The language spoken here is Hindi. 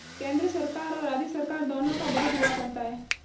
केन्द्र सरकार और राज्य सरकार दोनों का बजट हुआ करता है